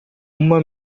uma